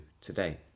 today